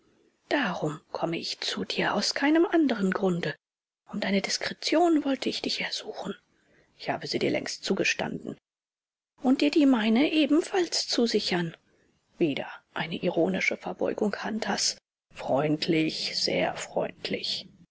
darum komme ich zu dir aus keinem anderen grunde um deine diskretion wollte ich dich ersuchen ich habe sie dir längst zugestanden und dir die meine ebenfalls zusichern wieder eine ironische verbeugung hunters freundlich sehr freundlich